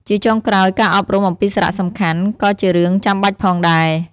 ជាចុងក្រោយ ការអប់រំអំពីសារៈសំខាន់ ក៏ជារឿងចាំបាច់ផងដែរ។